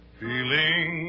feeling